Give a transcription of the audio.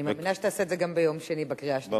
אני מאמינה שתעשה את זה גם ביום שני בקריאה השנייה והשלישית.